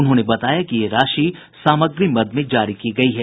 उन्होंने बताया कि ये राशि सामग्री मद में जारी की गयी है